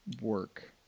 work